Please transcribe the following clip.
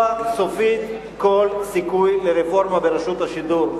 סופית כל סיכוי לרפורמה ברשות השידור.